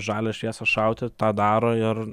žalią šviesą šauti tą daro ir